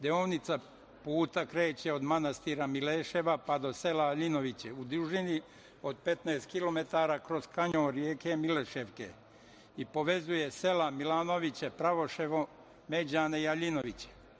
Deonica puta kreće od manastira Mileševa pa do sela Aljinovići u dužini od 15 kilometara kroz kanjon reke Mileševke i povezuje sela Milanoviće, Pravoševo, Međane i Aljinoviće.